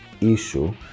issue